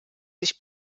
sich